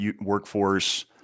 workforce